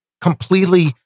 completely